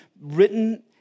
written